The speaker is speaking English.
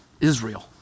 Israel